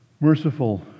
Merciful